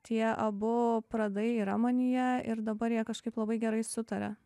tie abu pradai yra manyje ir dabar jie kažkaip labai gerai sutaria